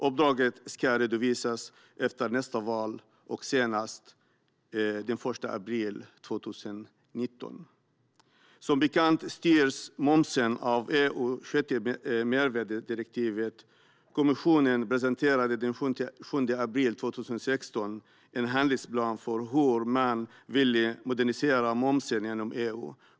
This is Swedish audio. Uppdraget ska redovisas efter nästa val och senast den 1 april 2019. Som bekant styrs momsen av EU:s sjätte mervärdesskattedirektiv. Kommissionen presenterade den 7 april 2016 en handlingsplan för hur man vill modernisera momsen inom EU.